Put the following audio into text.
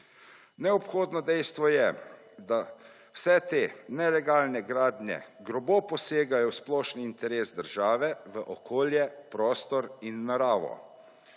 Neobhodno dejstvo je, da vse te nelegalne gradnje grobo posegajo v splošni interes države, v okolje, prostor in naravo.